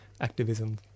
activism